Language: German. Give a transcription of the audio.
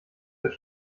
als